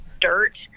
dirt